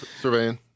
Surveying